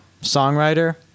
songwriter